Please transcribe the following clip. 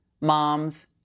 moms